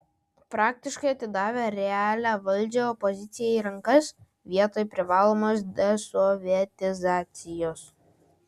praktiškai atidavę realią valdžią opozicijai į rankas vietoj privalomos desovietizacijos